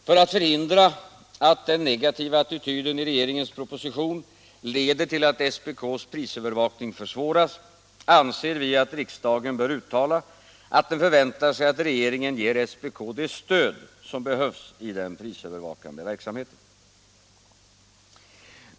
För att förhindra att den negativa attityden i regeringens proposition leder till att SPK:s prisövervakning försvåras anser vi att riksdagen bör uttala att den förväntar sig att regeringen ger SPK det stöd som behövs i den prisövervakande verksamheten.